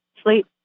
Sleep